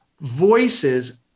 voices